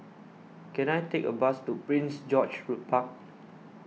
can I take a bus to Prince George's Park